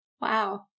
Wow